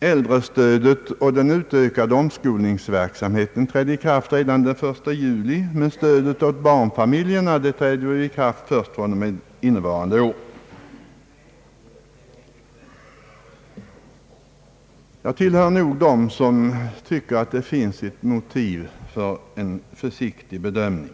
Äldrestödet och den utökade omskolningsverksamheten började gälla redan den 1 juli förra året, men beslutet om stödet till barnfamiljerna träder i kraft först innevarande år. Jag tillhör dem som tycker att det finns ett motiv för en försiktig bedömning.